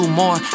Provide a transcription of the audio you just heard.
more